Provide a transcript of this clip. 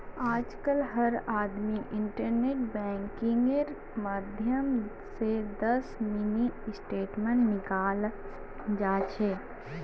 आजकल हर आदमी इन्टरनेट बैंकिंगेर माध्यम स दस मिनी स्टेटमेंट निकाल जा छ